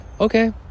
Okay